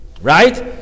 right